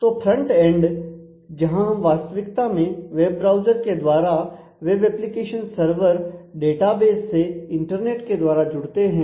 तो front end जहां हम वास्तविकता में वेब ब्राउज़र के द्वारा वेब एप्लीकेशन सर्वर डेटाबेस से इंटरनेट के द्वारा जुड़ते हैं